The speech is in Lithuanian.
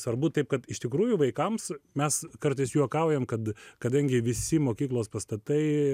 svarbu taip kad iš tikrųjų vaikams mes kartais juokaujam kad kadangi visi mokyklos pastatai